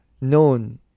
known